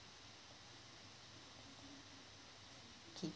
okay